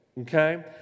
okay